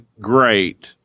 great